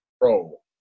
roll